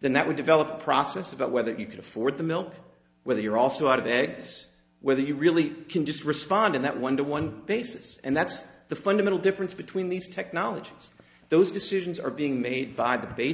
than that we develop a process about whether you can afford the milk whether you're also out of eggs whether you really can just respond in that one to one basis and that's the fundamental difference between these technologies those decisions are being made by the ba